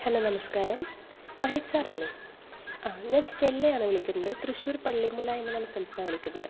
hello നമസ്ക്കാരം മഹേഷ് സാറല്ലേ ആ ഞാൻ സ്റ്റല്ല ആണ് വിളിക്കുന്നത് തൃശ്ശൂർ പള്ളിമുന എന്ന് പറയുന്ന സ്ഥലത്ത് നിന്നാണ് വിളിക്കുന്നത്